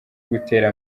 gutera